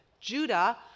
Judah